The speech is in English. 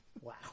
Wow